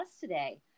today